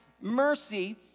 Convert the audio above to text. mercy